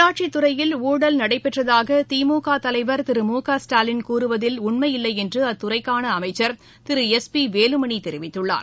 உள்ளாட்சித் துறையில் ஊழல் நடைபெற்றதாக திமுக தலைவர் திரு மு க ஸ்டாலின் கூறுவதில் உண்மையில்லை என்று அத்துறைக்கான அமைச்சர் திரு எஸ் பி வேலுமணி தெரிவித்துள்ளார்